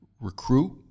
recruit